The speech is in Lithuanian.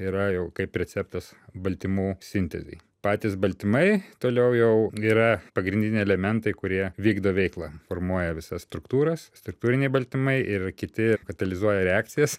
yra jau kaip receptas baltymų sintezei patys baltymai toliau jau yra pagrindiniai elementai kurie vykdo veiklą formuoja visas struktūras struktūriniai baltymai ir kiti katalizuoja reakcijas